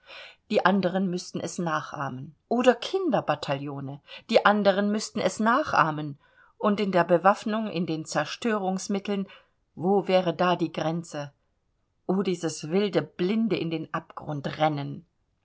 die anderen müßten es nachahmen oder kinderbataillone die anderen müßten es nachahmen und in der bewaffnung in den zerstörungsmitteln wo wäre da die grenze o dieses wilde blinde in den abgrundrennen